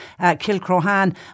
Kilcrohan